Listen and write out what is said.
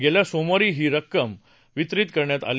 गेल्या सोमवारी ही रक्कम वितरित करण्यात आली